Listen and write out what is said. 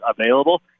available